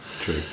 true